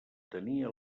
tenia